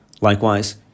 Likewise